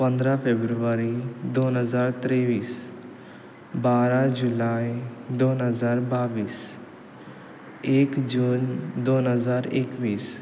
पंदरा फेब्रुवारी दोन हजार तेव्वीस बारा जुलय दोन हजार बाव्वीस एक जून दोन हजार एकवीस